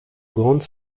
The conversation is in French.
grande